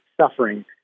suffering